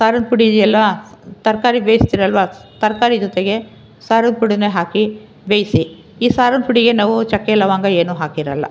ಸಾರಿನ ಪುಡಿ ಇದೆಯಲ್ವಾ ತರಕಾರಿ ಬೇಯಿಸ್ತೀರಲ್ವಾ ತರಕಾರಿ ಜೊತೆಗೆ ಸಾರಿನ ಪುಡಿನೆ ಹಾಕಿ ಬೇಯಿಸಿ ಈ ಸಾರಿನ ಪುಡಿಗೆ ನಾವು ಚಕ್ಕೆ ಲವಂಗ ಏನು ಹಾಕಿರಲ್ಲ